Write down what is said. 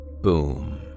Boom